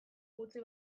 gutxi